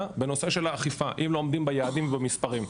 בנושא של האכיפה אם לא עומדים ביעדים במספרים.